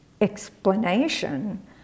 explanation